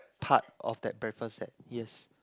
part of that breakfast set yes